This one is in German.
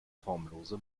formlose